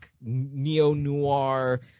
neo-noir